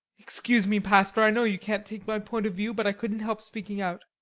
excuse me, pastor i know you can't take my point of view but i couldn't help speaking out.